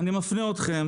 אני מפנה אתכם,